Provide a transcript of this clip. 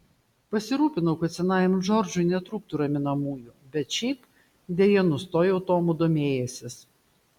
pasirūpinau kad senajam džordžui netrūktų raminamųjų bet šiaip deja nustojau tomu domėjęsis